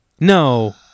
No